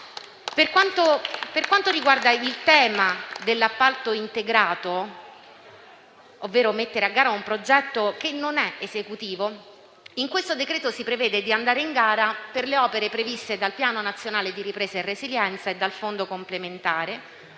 Per quanto riguarda il tema dell'appalto integrato, ovvero mettere a gara un progetto che non è esecutivo, in questo decreto si prevede di andare in gara per le opere previste dal Piano nazionale di ripresa e resilienza e dal Fondo complementare